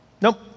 Nope